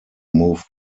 moved